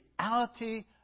reality